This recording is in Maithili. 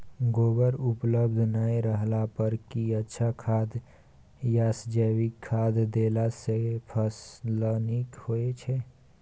गोबर उपलब्ध नय रहला पर की अच्छा खाद याषजैविक खाद देला सॅ फस ल नीक होय छै?